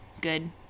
good